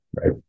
right